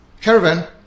caravan